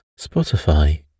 Spotify